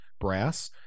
Brass